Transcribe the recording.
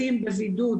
בתים בבידוד,